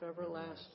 everlasting